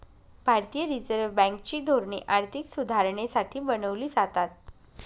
भारतीय reserve bank ची धोरणे आर्थिक सुधारणेसाठी बनवली जातात